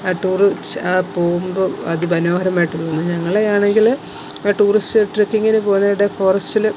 ആ ടൂര് ആ പോകുമ്പോള് അതിമനോഹരമായിട്ട് തോന്നി ഞങ്ങളെ ആണെങ്കില് ആ ടൂറിസ്റ്റ് ട്രക്കിങ്ങിന് പോന്നവരുടെ ഫോറസ്റ്റില്